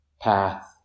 path